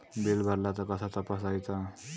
Bill भरला तर कसा तपसायचा?